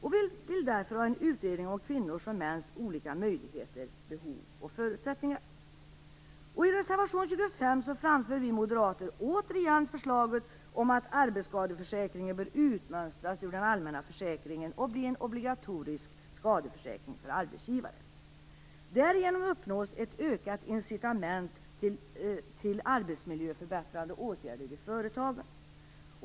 Vi vill därför ha en utredning om kvinnors och mäns olika möjligheter, behov och förutsättningar. I reservation 25 framför vi moderater återigen förslaget om att arbetsskadeförsäkringen bör utmönstras ur den allmänna försäkringen och bli en obligatorisk skadeförsäkring för arbetsgivare. Därigenom uppnås ett ökat incitament till arbetsmiljöförbättrande åtgärder i företagen.